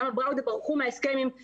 למה הם ברחו מההסכם עם חיפה.